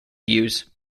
use